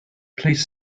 please